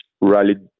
rallied